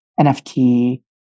NFT